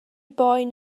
boen